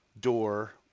door